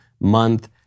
month